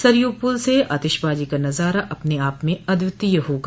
सरयू पुल से आतिशबाजी का नजारा अपने आप में अद्वितीय होगा